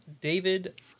David